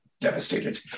devastated